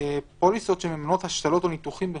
פוליסות שמממנות השתלות או ניתוחים,